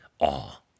awe